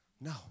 No